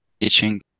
teaching